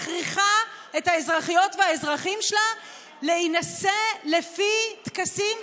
מכריחה את האזרחיות והאזרחים שלה להינשא לפי טקסים,